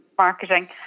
marketing